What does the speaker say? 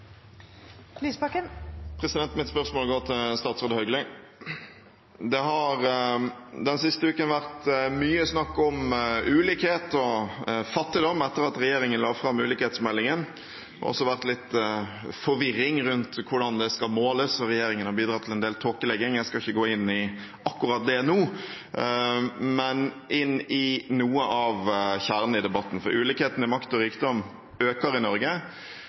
Mitt spørsmål går til statsråd Hauglie. Det har den siste uken vært mye snakk om ulikhet og fattigdom etter at regjeringen la fram ulikhetsmeldingen. Det har også vært litt forvirring rundt hvordan det skal måles, og regjeringen har bidratt til en del tåkelegging. Jeg skal ikke gå inn på akkurat det nå, men på noe av kjernen i debatten. Ulikhetene i makt og rikdom øker i Norge.